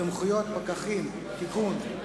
סמכויות פקחים) (תיקון),